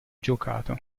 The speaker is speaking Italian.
giocato